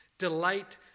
Delight